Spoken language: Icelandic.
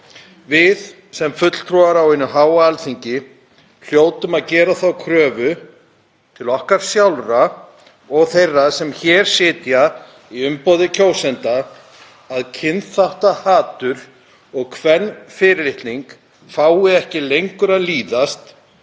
Við sem fulltrúar á hinu háa Alþingi hljótum að gera þá kröfu til okkar sjálfra og þeirra sem hér sitja í umboði kjósenda að kynþáttahatur og kvenfyrirlitning fái ekki lengur að líðast,